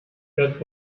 that